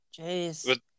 Jeez